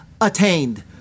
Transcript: attained